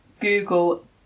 Google